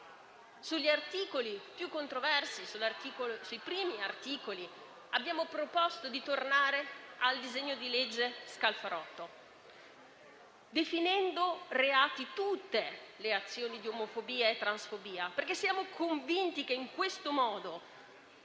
sugli articoli più controversi, i primi. Abbiamo proposto di tornare al disegno di legge Scalfarotto, definendo reati tutte le azioni di omofobia e transfobia, perché siamo convinti che in questo modo